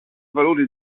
valore